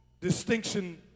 distinction